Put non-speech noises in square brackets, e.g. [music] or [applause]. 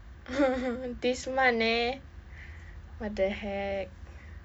[laughs] this month leh what the heck